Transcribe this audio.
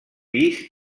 pis